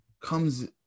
comes